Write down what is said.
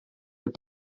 are